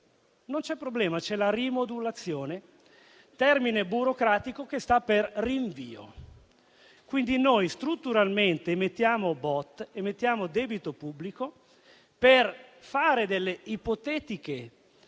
non c'è problema, c'è la rimodulazione, termine burocratico che sta per rinvio. Quindi, noi strutturalmente emettiamo BOT, emettiamo debito pubblico per fare ipotetiche azioni